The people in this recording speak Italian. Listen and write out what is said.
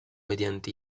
mediante